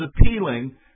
appealing